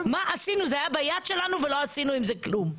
זה היה ביד שלנו ולא עשינו עם זה כלום.